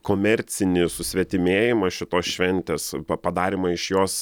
komercinį susvetimėjimą šitos šventės pa padarymą iš jos